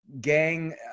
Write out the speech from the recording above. gang